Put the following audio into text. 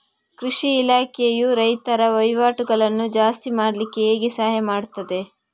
ಕೃಷಿ ಇಲಾಖೆಯು ರೈತರ ವಹಿವಾಟುಗಳನ್ನು ಜಾಸ್ತಿ ಮಾಡ್ಲಿಕ್ಕೆ ಹೇಗೆ ಸಹಾಯ ಮಾಡ್ತದೆ?